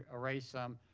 erase some.